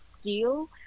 skill